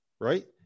right